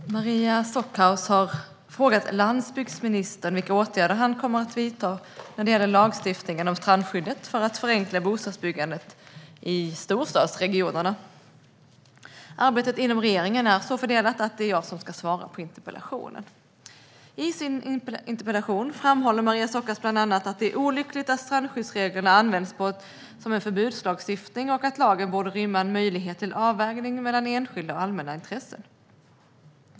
Fru talman! Maria Stockhaus har frågat landsbygdsministern vilka åtgärder han kommer att vidta när det gäller lagstiftningen om strandskyddet för att förenkla för bostadsbyggande i storstadsregionerna. Arbetet inom regeringen är så fördelat att det är jag som ska svara på interpellationen. I sin interpellation framhåller Maria Stockhaus bland annat att det är olyckligt att strandskyddsreglerna används som en förbudslagstiftning och att lagen borde rymma en möjlighet till avvägning mellan enskilda och allmänna intressen.